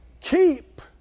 Keep